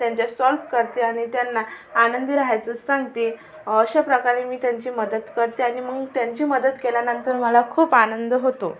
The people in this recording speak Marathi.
त्यांचे सॉल्व करते आणि त्यांना आनंदी राहायचं सांगते अशाप्रकारे मी त्यांची मदत करते आणि मग त्यांची मदत केल्यानंतर मला खूप आनंद होतो